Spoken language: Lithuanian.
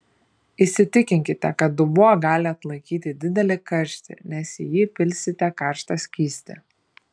įsitikinkite kad dubuo gali atlaikyti didelį karštį nes į jį pilsite karštą skystį